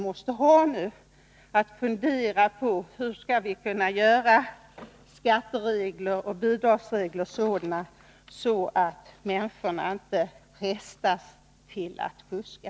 Måste vi inte fundera över hur vi skall kunna utforma skatteoch bidragsreglerna så att människorna inte frestas till att fuska?